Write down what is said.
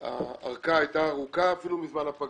והארכה הייתה ארוכה אפילו מזמן הפגרה,